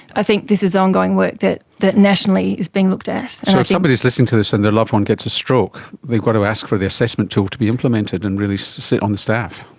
i think this is ongoing work that that nationally is being looked at. so if somebody is listening to this and their loved one gets a stroke, they've got to ask for the assessment tool to be implemented and really sit on the staff.